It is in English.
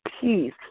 peace